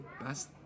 best